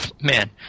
man